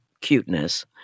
cuteness